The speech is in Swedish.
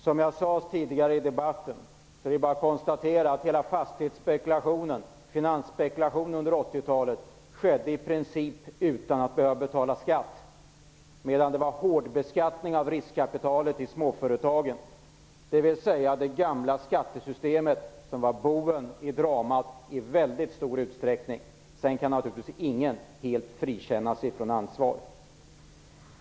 Som jag sade tidigare i debatten är det bara att konstatera att fastighetsspekulation och finansspekulation under 80-talet i princip skedde utan att de inblandade behövde betala skatt, medan det var hårdbeskattning av riskkapitalet i småföretagen. Det gamla skattesystemet var boven i dramat i väldigt stor utsträckning. Sedan kan naturligtvis ingen helt frikännas ifrån ansvar.